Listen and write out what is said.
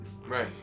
Right